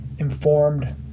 informed